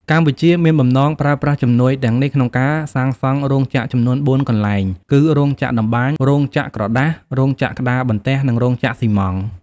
កម្ពុជាមានបំណងប្រើប្រាស់ជំនួយទាំងនេះក្នុងការសាងសង់រោងចក្រចំនួន ៤ កន្លែងគឺ រោងចក្រតម្បាញ រោងចក្រក្រដាស រោងចក្រក្តារបន្ទះ និងរោងចក្រស៊ីម៉ងត៍។